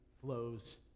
flows